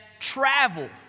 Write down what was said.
Travel